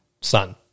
sun